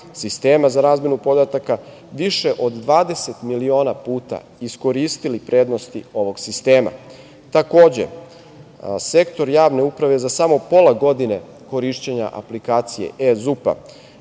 sistema za razmenu podataka više od 20 miliona puta iskoristili prednosti ovog sistema. Takođe, sektor javne uprave za samo pola godine korišćenja aplikacije eZUP-a